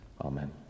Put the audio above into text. Amen